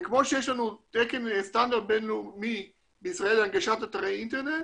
זה כמו שיש לנו תקן סטנדרט בין לאומי בישראל להנגשת אתרי אינטרנט,